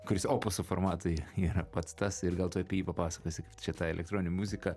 kuris opuso formatui yra pats tas ir gal tu apie jį papasakosi kaip tu čia tą elektroninę muziką